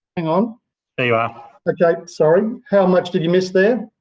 and um ah but sorry. how much did you miss there?